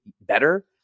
better